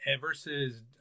versus